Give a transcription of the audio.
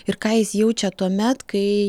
ir ką jis jaučia tuomet kai